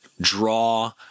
draw